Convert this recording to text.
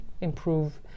improve